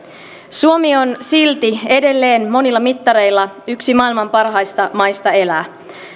suomi on silti edelleen monilla mittareilla yksi maailman parhaista maista elää